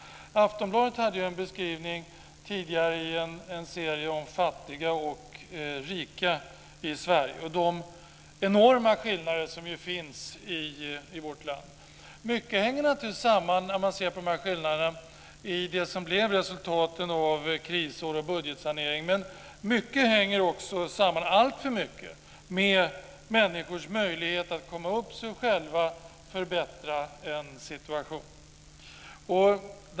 Aftonbladet hade en beskrivning tidigare i en serie om fattiga och rika i Sverige av de enorma skillnader som finns i vårt land. Mycket av dessa skillnader hänger naturligtvis samman med det som blev resultatet av krisår och budgetsanering. Men alltför mycket hänger också samman med människors möjlighet att komma upp sig och själva förbättra sin situation.